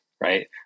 right